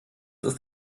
ist